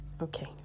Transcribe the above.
okay